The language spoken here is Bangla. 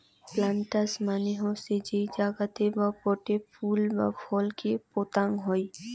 প্লান্টার্স মানে হসে যেই জাগাতে বা পোটে ফুল বা ফল কে পোতাং হই